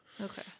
okay